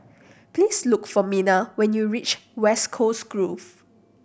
please look for Minna when you reach West Coast Grove